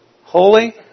holy